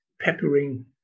peppering